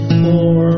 four